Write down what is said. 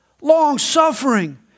long-suffering